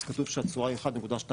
אז כתוב שהתשואה היא 1.2%,